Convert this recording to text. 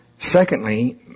Secondly